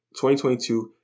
2022